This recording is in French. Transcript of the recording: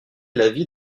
l’avis